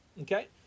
Okay